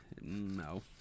no